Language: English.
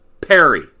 Perry